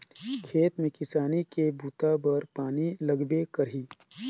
खेत में किसानी के बूता बर पानी लगबे करही